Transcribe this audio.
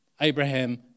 Abraham